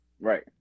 right